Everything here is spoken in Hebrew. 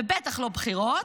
ובטח לא בחירות,